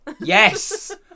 Yes